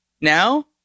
now